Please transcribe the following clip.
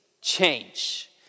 change